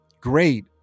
great